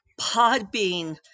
Podbean